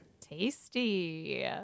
Tasty